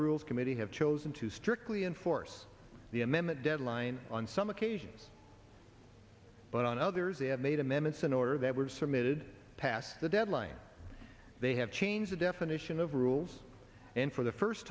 rules committee have chosen to strictly enforce the amendment deadline on some occasions but others have made amendments in order that were submitted past the deadline they have changed the definition of rules and for the first